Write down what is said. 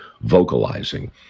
vocalizing